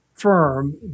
firm